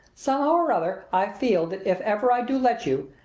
somehow or other i feel that if ever i do let you,